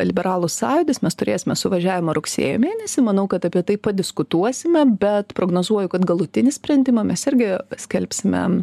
liberalų sąjūdis mes turėsime suvažiavimą rugsėjo mėnesį manau kad apie tai padiskutuosime bet prognozuoju kad galutinį sprendimą mes irgi skelbsime